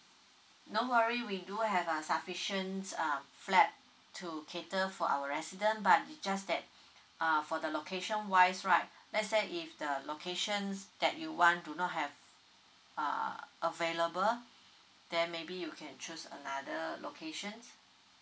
no worry we do have a sufficient uh flat to cater for our resident but just that uh for the location wise right let's say if the locations that you want do not have uh available then maybe you can choose another locations